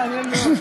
מעניין מאוד.